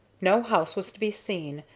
no house was to be seen,